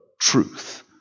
truth